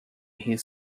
his